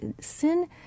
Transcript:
sin